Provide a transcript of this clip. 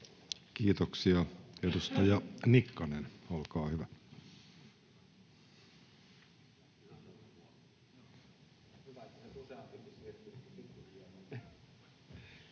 Kiitoksia. — Edustaja Nikkanen, olkaa hyvä.